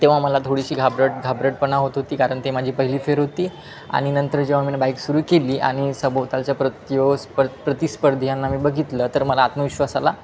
तेव्हा मला थोडीशी घाबरट घाबरटपणा होत होती कारण ते माझी पहिली फिर होती आणि नंतर जेव्हा मीनं बाईक सुरू केली आणि सभोवतालच्या प्रतियो प्रतिस्पर्ध्यांना मी बघितलं तर मला आत्मविश्वास आला